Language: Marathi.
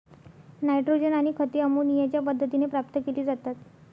नायट्रोजन आणि खते अमोनियाच्या मदतीने प्राप्त केली जातात